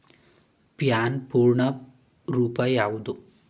PAN ಪೂರ್ಣ ರೂಪ ಯಾವುದು?